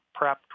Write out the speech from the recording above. prepped